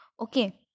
Okay